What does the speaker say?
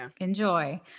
enjoy